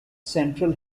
central